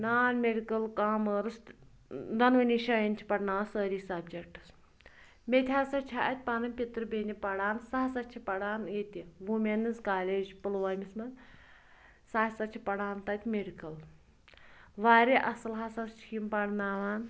نان medical commerce تہٕ دۄنؤنی شاین چھِ پرناوان سٲری سَبجیٚکٹہٕ مےٚ تہِ ہسا چھِ اَتہِ پنٕنۍ پتٕر بیٚنہِ پَران سۄ ہَسا چھِ پَڑھان ییٚتہِ ووٗمینٕز کالج پُلوٲمِس مَنٛز سۄ ہَسا چھِ پَران تتہِ میٚڈکٕل واریاہ اصٕل ہَسا چھِ یم پَرناوان